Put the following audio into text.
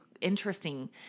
interesting